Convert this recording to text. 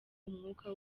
umwuka